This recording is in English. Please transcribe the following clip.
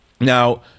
now